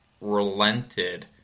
relented